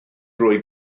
drwy